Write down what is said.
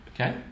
Okay